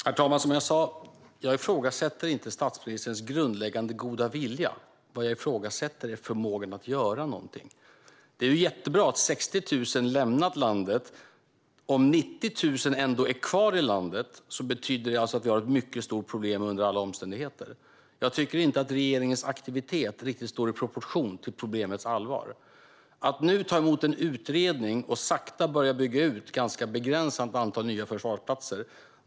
Herr talman! Som jag sa ifrågasätter jag inte statsministerns grundläggande goda vilja. Vad jag ifrågasätter är förmågan att göra någonting. Det är jättebra att 60 000 lämnat landet. Om 90 000 ändå är kvar i landet har vi dock ett mycket stort problem under alla omständigheter. Jag tycker inte att regeringens aktivitet riktigt står i proportion till problemets allvar. Ni tar nu emot en utredning och börjar sakta bygga ut ett ganska begränsat antal nya förvarsplatser.